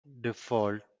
default